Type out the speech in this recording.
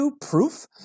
proof